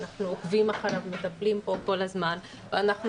אנחנו עוקבים אחריו ומטפלים בו כל הזמן ואנחנו